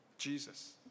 Jesus